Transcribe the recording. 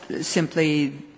simply